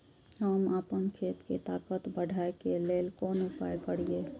हम आपन खेत के ताकत बढ़ाय के लेल कोन उपाय करिए?